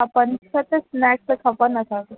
हा पंज सत स्नैक्स खपनि असांखे